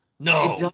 No